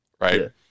right